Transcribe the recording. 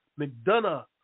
McDonough